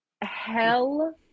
Hell